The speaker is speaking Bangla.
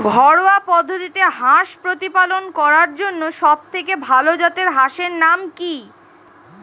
ঘরোয়া পদ্ধতিতে হাঁস প্রতিপালন করার জন্য সবথেকে ভাল জাতের হাঁসের নাম কি?